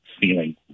feeling